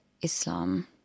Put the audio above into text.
Islam